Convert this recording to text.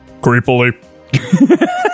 creepily